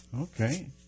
Okay